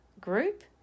group